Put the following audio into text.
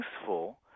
useful